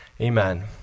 Amen